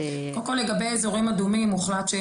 יכולה להביא לך דפים של מדעת שניסו